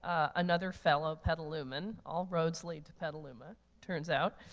ah another fellow petalumen, all roads lead to petalumen, it turns out.